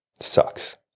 Sucks